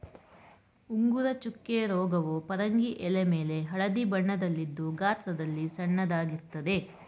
ಉಂಗುರ ಚುಕ್ಕೆ ರೋಗವು ಪರಂಗಿ ಎಲೆಮೇಲೆ ಹಳದಿ ಬಣ್ಣದಲ್ಲಿದ್ದು ಗಾತ್ರದಲ್ಲಿ ಸಣ್ಣದಾಗಿರ್ತದೆ